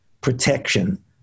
protection